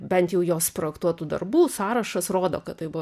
bent jau jos projektuotų darbų sąrašas rodo kad tai buvo